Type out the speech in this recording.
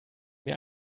mir